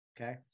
Okay